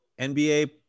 NBA